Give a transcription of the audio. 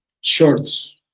shorts